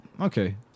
Okay